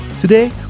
Today